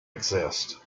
exist